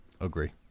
Agree